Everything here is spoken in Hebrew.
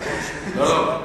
לא,